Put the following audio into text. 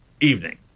evening